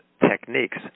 techniques